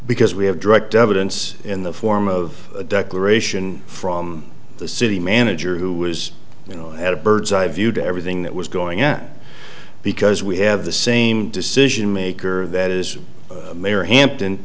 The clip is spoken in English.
because we have direct evidence in the form of a declaration from the city manager who was you know had a bird's eye view to everything that was going on because we have the same decision maker that is mayor hampton